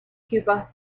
cuba